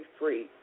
free